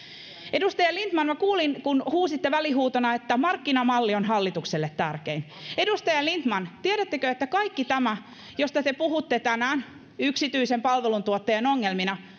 edustaja lindtman minä kuulin kun huusitte välihuutona että markkinamalli on hallitukselle tärkein edustaja lindtman tiedättekö että kaikki tämä josta te puhutte tänään yksityisen palveluntuottajan ongelmina ja